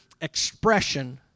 expression